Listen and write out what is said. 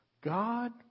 God